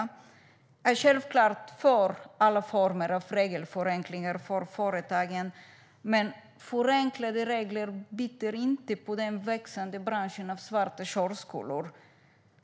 Jag är självklart för alla former av regelförenklingar för företagen, men förenklade regler biter inte på den växande branschen av svarta körskolor.